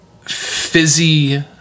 fizzy